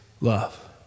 love